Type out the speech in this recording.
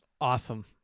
Awesome